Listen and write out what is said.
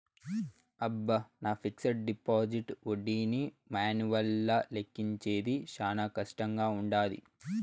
అబ్బ, నా fixed deposit ఒడ్డీని మాన్యువల్గా లెక్కించేది శానా కష్టంగా వుండాది